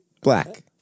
black